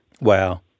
Wow